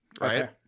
Right